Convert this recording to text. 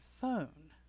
phone